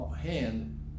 hand